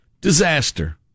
Disaster